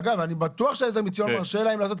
אגב, אני בטוח שעזר מציון מרשה להם לעשות.